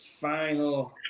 final